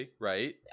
right